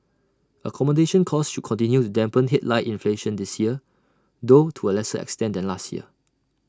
accommodation costs should continue to dampen headline inflation this year though to A lesser extent than last year